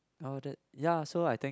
oh that ya so I think